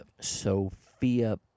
Sophia